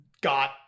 got